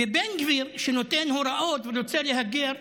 ובן גביר, שנותן הוראות ורוצה להגר,